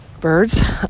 birds